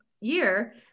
year